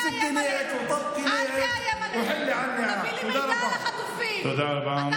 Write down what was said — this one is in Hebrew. תסתמי את הפה שלך ותסגרי את הפה שלך ותעזבי אותי כבר.) תודה רבה.